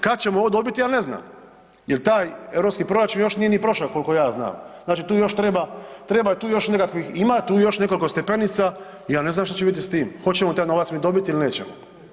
Kad ćemo ovo dobiti ja ne znam jer taj europski proračun još nije ni prošao koliko ja znam, znači tu još treba, treba tu još nekakvih, ima tu još nekoliko stepenica i ja ne znam šta će biti s tim, hoćemo taj novac mi dobiti ili nećemo.